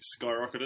skyrocketed